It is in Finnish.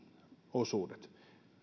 osuudet